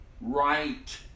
right